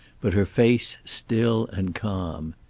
but her face still and calm.